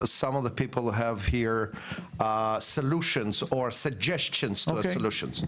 לחלק מהאנשים פה יש פתרונות והצעות לפתרונות.